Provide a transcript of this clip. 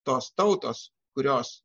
tos tautos kurios